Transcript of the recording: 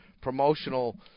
promotional